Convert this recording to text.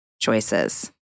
choices